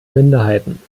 minderheiten